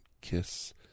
kiss